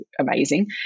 amazing